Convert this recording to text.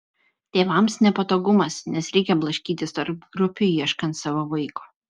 tėvams nepatogumas nes reikia blaškytis tarp grupių ieškant savo vaiko